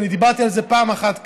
ואני דיברתי על זה פעם אחת כאן,